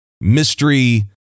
Mystery